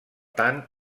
tant